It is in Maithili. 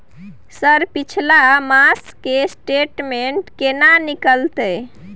सर पिछला मास के स्टेटमेंट केना निकलते?